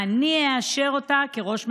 אני אאשר אותה כראש ממשלה.